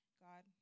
God